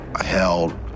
held